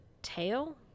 tail